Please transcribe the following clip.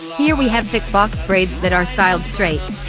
here we have thick box braids that are styled straight.